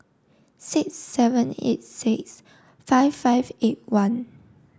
six seven eight six five five eight one